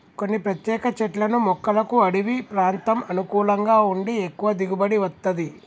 కొన్ని ప్రత్యేక చెట్లను మొక్కలకు అడివి ప్రాంతం అనుకూలంగా ఉండి ఎక్కువ దిగుబడి వత్తది